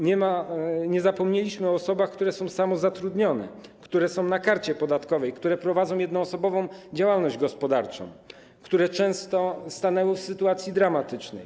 Nie zapomnieliśmy o osobach, które są samozatrudnione, które są na karcie podatkowej, które prowadzą jednoosobową działalność gospodarczą, które często stanęły w sytuacji dramatycznej.